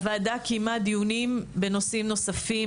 הוועדה קיימה דיונים בנושאים נוספים